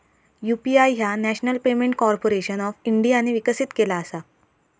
UPI ह्या national payment corporation of इंडियाने विकसित केला असा